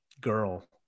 girl